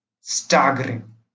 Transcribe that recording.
Staggering